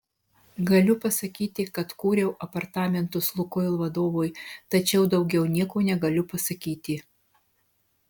galiu pasakyti kad kūriau apartamentus lukoil vadovui tačiau daugiau nieko negaliu pasakyti